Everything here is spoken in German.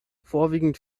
vorwiegend